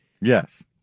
Yes